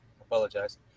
apologize